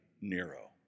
Nero